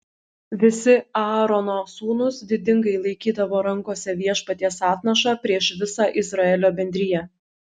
visi aarono sūnūs didingai laikydavo rankose viešpaties atnašą prieš visą izraelio bendriją